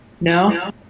No